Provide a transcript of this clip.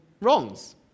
wrongs